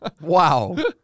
Wow